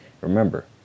Remember